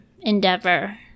endeavor